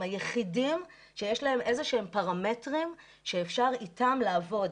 היחידים שיש להם איזה שהם פרמטרים שאפשר איתם לעבוד.